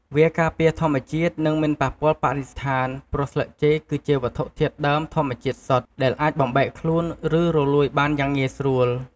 វាការពារធម្មជាតិ និងមិនប៉ះពាល់បរិស្ថាន ព្រោះស្លឹកចេកគឺជាវត្ថុធាតុដើមធម្មជាតិសុទ្ធ ដែលអាចបំបែកខ្លួន ឬរលួយបានយ៉ាងងាយស្រួល ។